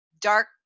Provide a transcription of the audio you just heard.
dark